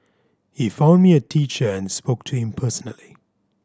he found me a teacher and spoke to him personally